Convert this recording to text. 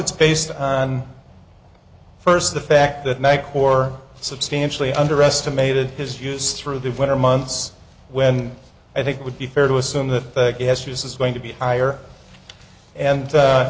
it's based on first the fact that nec or substantially underestimated his use through the winter months when i think it would be fair to assume that the history is going to be higher and